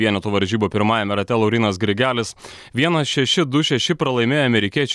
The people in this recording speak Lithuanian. vienetų varžybų pirmajame rate laurynas grigelis vienas šeši du šeši pralaimėjo amerikiečiui